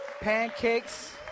pancakes